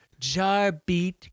Jarbeat